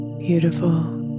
beautiful